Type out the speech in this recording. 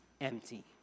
empty